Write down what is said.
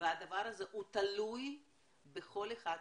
והדבר הזה תלוי בכל אחד מאיתנו.